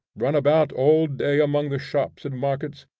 run about all day among the shops and markets,